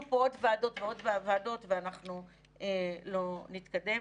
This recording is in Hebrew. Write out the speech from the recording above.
פה עוד ועדות ועוד ועדות ואנחנו לא נתקדם.